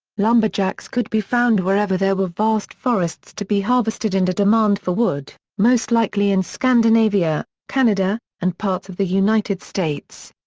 lumberjacks could be found wherever there were vast forests to be harvested and a demand for wood, most likely in scandinavia, canada, and parts of the united states.